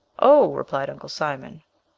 oh, replied uncle simon,